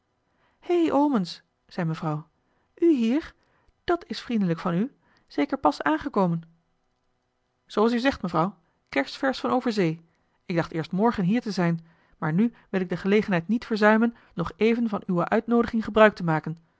hé omens zei mevrouw u hier dat is vriendelijk van u zeker pas aangekomen zooals u zegt mevrouw kersversch van overzee ik dacht eerst morgen hier te zijn maar nu wil ik de gelegenheid niet verzuimen nog even van uwe uitnoodiging gebruik te maken